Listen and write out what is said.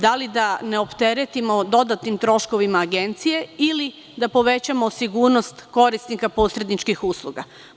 Da li da ne opteretimo dodatnim troškovima agencije ili da povećamo sigurnost korisnika posredničkih usluga?